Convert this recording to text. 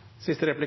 er